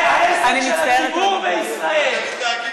זה העסק של הציבור בישראל,